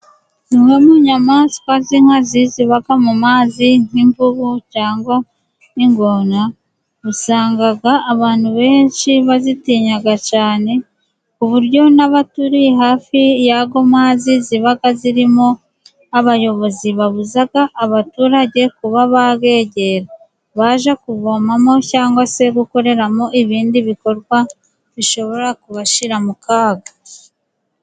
Inyamaswa z'inkazi zibaka mu mazi nk'imvubu cyangwa n'ingona usanga abantu benshi bazitinya cyane, ku buryo n'abaturi hafi y'ayo mazi ziba zirimo, abayobozi babuza abaturage kuba bayegera baje kuvomamo cyangwa se gukoreramo ibindi bikorwa bishobora kubashira mu kaga.